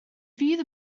fydd